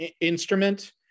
instrument